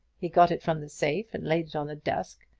he got it from the safe and laid it on the desk.